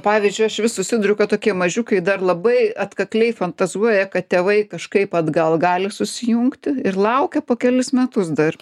pavyzdžiui aš vis susiduriu kad tokie mažiukai dar labai atkakliai fantazuoja kad tėvai kažkaip atgal gali susijungti ir laukia po kelis metus dar